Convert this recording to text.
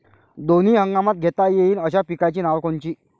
दोनी हंगामात घेता येईन अशा पिकाइची नावं कोनची?